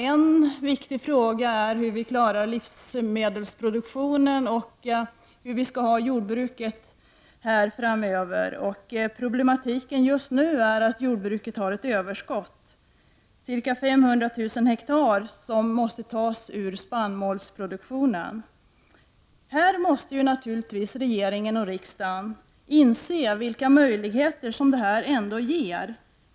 En viktig fråga är hur vi klarar livsmedelsproduktionen och hur vi skall ha det med jordbruket framöver. Problemet just nu är att jordbruket har ett överskott och att ca 500 000 ha måste tas bort från spannmålsproduktionen. Regeringen och riksdagen måste inse vilka möjligheter som detta ger.